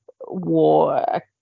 war